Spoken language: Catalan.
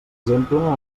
exemple